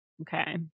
Okay